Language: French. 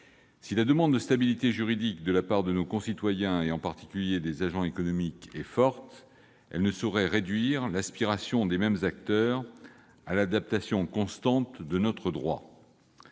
Si la demande de stabilité juridique de la part de nos concitoyens et en particulier des agents économiques est forte, elle ne saurait réduire l'aspiration des mêmes acteurs à l'adaptation constante de notre droit.